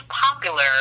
popular